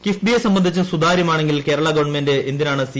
കിഫ്ബിയെ സംബന്ധിച്ച് സുതാര്യമാണെങ്കിൽ കേരളാ ഗവൺമെന്റ് എന്തിനാണ് സി